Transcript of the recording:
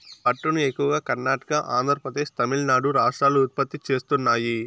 పట్టును ఎక్కువగా కర్ణాటక, ఆంద్రప్రదేశ్, తమిళనాడు రాష్ట్రాలు ఉత్పత్తి చేస్తున్నాయి